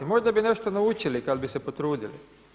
Možda bi nešto naučili kada bi se potrudili.